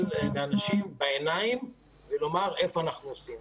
לאנשים בעיניים ולומר איפה אנחנו עושים.